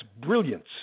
brilliance